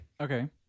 Okay